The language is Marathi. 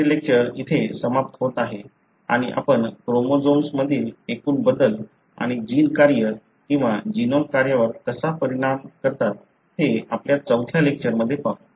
तिसरे लेक्चर इथे समाप्त होत आहे आणि आपण क्रोमोझोम्स मधील एकूण बदल आणि जिन कार्य किंवा जिनोम कार्यावर कसा परिणाम करतात ते आपल्या चौथ्या लेक्चरमध्ये पाहू